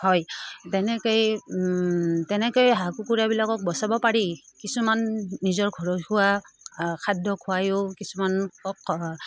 হয় তেনেকৈয়ে তেনেকৈয়ে হাঁহ কুকুৰাবিলাকক বচাব পাৰি কিছুমান নিজৰ ঘৰৰ খোৱা খাদ্য খুৱায়ও কিছুমান